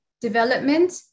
development